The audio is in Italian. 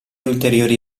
ulteriori